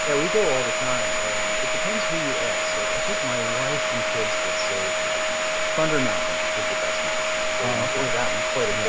yeah we go all the time. and it depends who you ask. like, i think my wife and kids would say that thunder mountain is the best mountain. because they ah enjoy that one quite a bit.